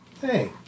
Hey